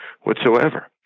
whatsoever